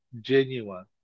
genuine